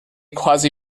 quasi